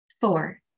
Four